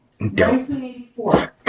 1984